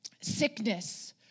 sickness